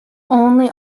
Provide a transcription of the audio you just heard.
only